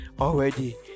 already